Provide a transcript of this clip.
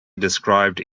described